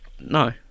No